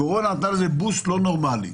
הקורונה נתנה לזה בוסט לא נורמלי.